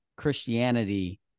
Christianity